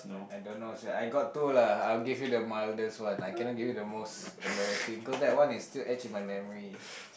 I don't know sia I got two lah I'll give you the mile that's one I cannot give you the most embarrassing cause that one is still hatch in my memory